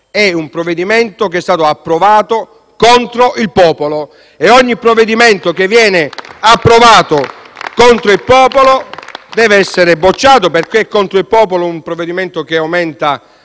è un provvedimento che è stato approvato contro il popolo e ogni provvedimento che viene approvato contro il popolo deve essere bocciato. *(Applausi dal Gruppo L-SP-PSd'Az)*. È contro il popolo un provvedimento che aumenta